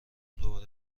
دوباره